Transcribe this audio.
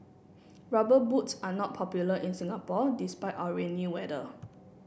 rubber boots are not popular in Singapore despite our rainy weather